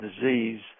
disease